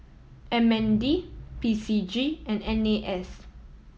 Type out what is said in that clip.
M N D P C G and N A S